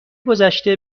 گذشته